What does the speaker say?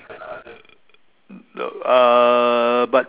err but